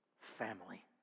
family